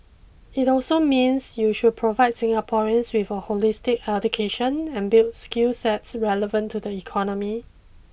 it also means they should provide Singaporeans with a holistic education and build skill sets relevant to the economy